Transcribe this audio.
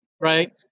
right